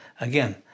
again